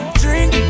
drink